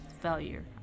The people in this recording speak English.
failure